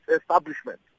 establishment